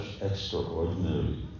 extraordinary